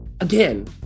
Again